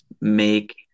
make